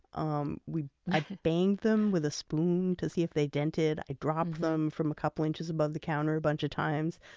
um we banged them with a spoon to see if they dented. we dropped them from a couple inches above the counter a bunch of times.